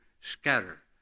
scatter